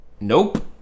Nope